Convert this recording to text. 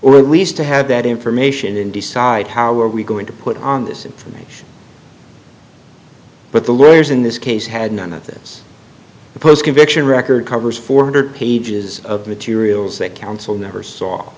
or at least to have that information and decide how are we going to put on this information but the lawyers in this case had none of this the post conviction record covers four hundred pages of materials that council never saw